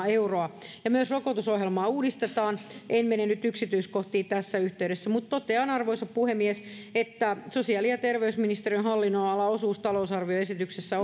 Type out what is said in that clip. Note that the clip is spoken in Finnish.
euroa ja myös rokotusohjelmaa uudistetaan en mene nyt yksityiskohtiin tässä yhteydessä mutta totean arvoisa puhemies että sosiaali ja terveysministeriön hallinnonalan osuus talousarvioesityksessä